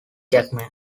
jackman